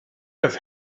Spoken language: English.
have